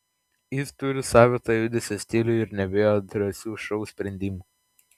jis turi savitą judesio stilių ir nebijo drąsių šou sprendimų